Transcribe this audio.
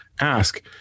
ask